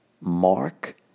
Mark